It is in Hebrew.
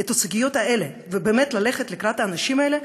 את הסוגיות האלה ובאמת ללכת לקראת האנשים האלה?